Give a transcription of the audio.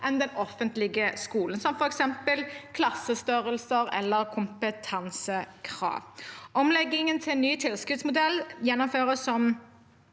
enn i den offentlige skolen, som f.eks. klassestørrelser eller kompetansekrav. Omleggingen til ny tilskuddsmodell gjennomføres som